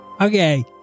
Okay